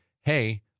hey